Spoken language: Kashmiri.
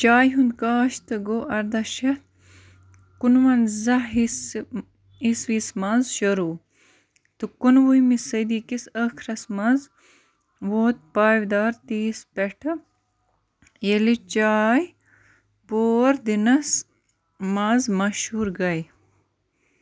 چایہ ہُنٛد كاشت گوٚو اَرداہ شیٚتھ کُنوَنٛزاہ عیٖسوِیَس منٛز شروٗع تہٕ کُنوُہمہِ صدی کِس أخرس منٛز ووت پایدار تییس پٮ۪ٹھٕ ییٚلہِ چائے پوٗر دِنَس منٛز مشہوٗر گٔیہِ